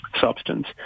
substance